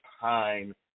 time